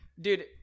Dude